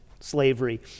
slavery